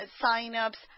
sign-ups